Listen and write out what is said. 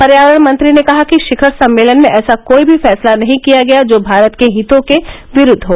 पर्यावरण मंत्री ने कहा कि शिखर सम्मेलन में ऐसा कोई भी फैसला नहीं किया गया जो भारत के हितों के विरूद्व हो